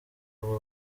ubu